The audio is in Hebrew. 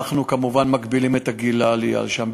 אנחנו כמובן מגבילים את גיל העלייה לשם,